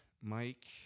Mike